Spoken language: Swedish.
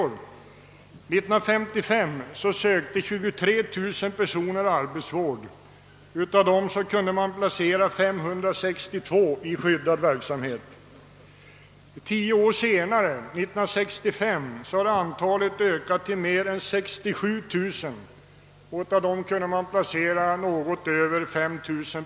År 1955 sökte 23 000 personer arbetsvård, och av dem kunde man placera 562 i skyddad verksamhet. Tio år senare, alltså 1965, hade antalet arbetsvårdssökande ökat till mer än 67 000, av vilka man kunde placera något över 5 000.